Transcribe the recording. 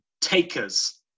Takers